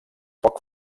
poc